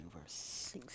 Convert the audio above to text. verse